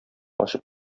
ачып